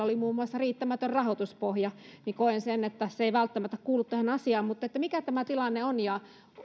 oli muun muassa riittämätön rahoituspohja se ei välttämättä kuulu tähän asiaan mutta mikä tämä tilanne on ja